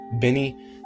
Benny